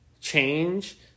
change